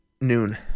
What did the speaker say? noon